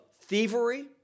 thievery